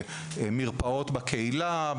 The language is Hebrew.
במרפאות בקהילה,